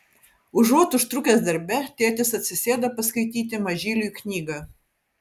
užuot užtrukęs darbe tėtis atsisėda paskaityti mažyliui knygą